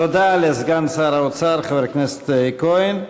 תודה לסגן שר האוצר, חבר הכנסת כהן.